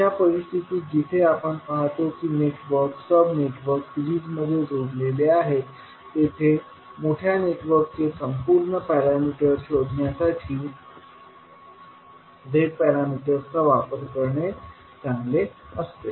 अशा परिस्थितीत जिथे आपण पहातो की नेटवर्क सब नेटवर्क सिरीजमध्ये जोडलेले आहेत तिथे मोठ्या नेटवर्कचे संपूर्ण पॅरामीटर शोधण्यासाठी z पॅरामीटर्सचा वापर करणे चांगले असते